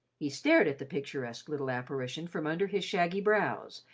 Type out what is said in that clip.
he stared at the picturesque little apparition from under his shaggy brows,